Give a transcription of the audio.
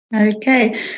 Okay